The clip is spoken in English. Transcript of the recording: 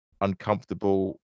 uncomfortable